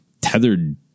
tethered